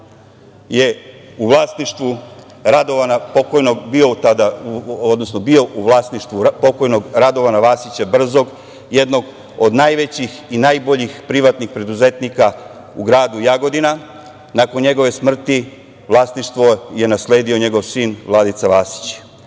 bio u vlasništvu pokojnog Radovana Vasića Brzog, jednog od najvećih i najboljih privatnih preduzetnika u gradu Jagodina. Nakon njegove smrti vlasništvo je nasledio njegov sin Vladica Vasić.